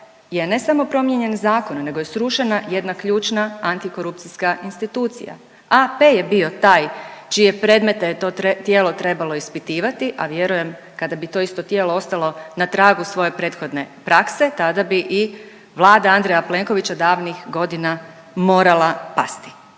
je ne samo promijenjen zakon nego je srušena jedna ključna antikorupcijska institucija. AP je bio taj čije predmete je to tijelo trebalo ispitivati, a vjerujem kada bi to isto tijelo ostalo na tragu svoje prethodne prakse tada bi i Vlada Andreja Plenkovića davnih godina morala pasti.